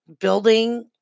building